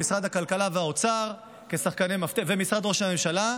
משרד הכלכלה והאוצר ומשרד ראש הממשלה,